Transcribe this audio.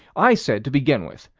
i said, to begin with,